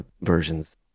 versions